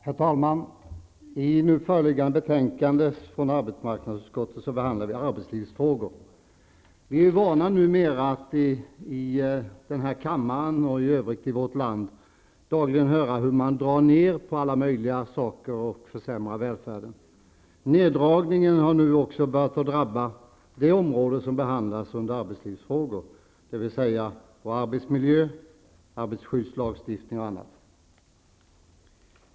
Herr talman! I nu föreliggande betänkande från arbetsmarknadsutskottet behandlas arbetslivsfrågor. Vi är vana numera i denna kammare och i vårt land i övrigt att dagligen höra hur man drar ned på olika saker och försämrar välfärden. Neddragningarna har nu också börjat drabba det område som behandlas under arbetslivsfrågor, dvs. arbetsmiljö, arbetsskyddslagstiftning osv.